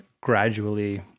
gradually